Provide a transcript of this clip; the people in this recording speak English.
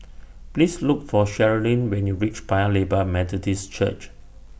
Please Look For Cherilyn when YOU REACH Paya Lebar Methodist Church